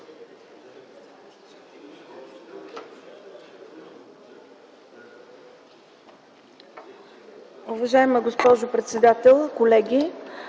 Уважаема госпожо председател, уважаеми